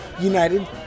United